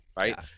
right